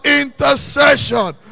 intercession